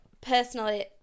Personally